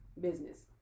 business